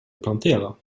plantera